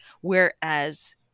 Whereas